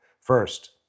First